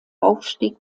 aufstieg